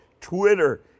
Twitter